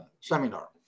seminar